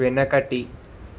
వెనకటి